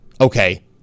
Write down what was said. okay